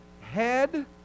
head